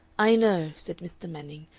i know, said mr. manning,